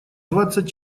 двадцать